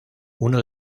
uno